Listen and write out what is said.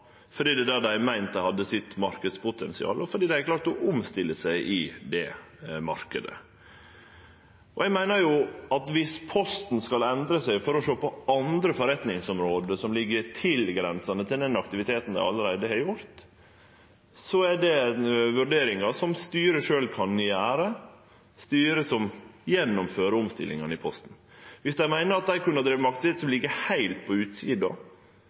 fordi det er der dei har meint dei har marknadspotensialet sitt, og fordi dei har klart å omstille seg i den marknaden. Eg meiner at viss Posten skal endre seg for å kunne sjå på forretningsområde som grenser til den aktiviteten dei allereie har, er det vurderingar som styret sjølv kan gjere – det er styret som gjennomfører omstillingane i Posten. Viss dei meiner at dei kunne ha drive med aktivitet som ligg heilt på utsida,